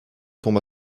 tombe